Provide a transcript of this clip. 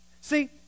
See